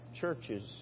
churches